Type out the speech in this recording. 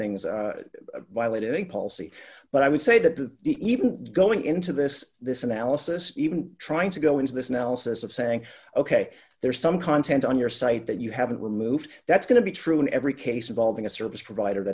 things violate any policy but i would say that the even going into this this analysis even trying to go into this analysis of saying ok there's some content on your site that you haven't removed that's going to be true in every case involving a service provider